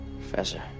Professor